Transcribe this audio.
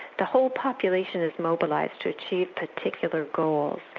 the whole population is mobilised to achieve particular goals,